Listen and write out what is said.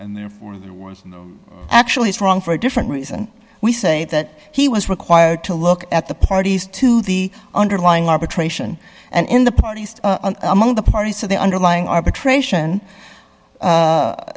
and therefore the world actually is wrong for a different reason we say that he was required to look at the parties to the underlying arbitration and in the parties among the parties to the underlying arbitration